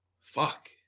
fuck